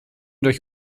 durch